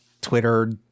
Twitter